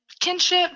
kinship